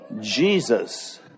Jesus